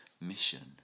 mission